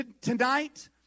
Tonight